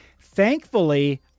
thankfully